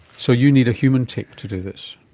so you need a human tick to do this?